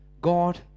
God